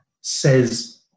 says